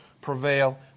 prevail